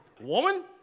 Woman